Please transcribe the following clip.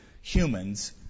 humans